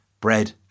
bread